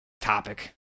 topic